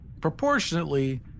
proportionately